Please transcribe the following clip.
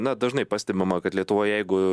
na dažnai pastebima kad lietuvoj jeigu